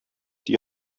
die